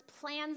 plans